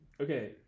Okay